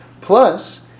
Plus